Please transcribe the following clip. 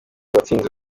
watsinze